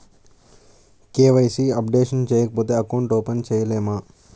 KYC updation చేయకపోతే account open చేయలేమా?